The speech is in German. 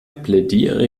plädiere